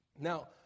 Now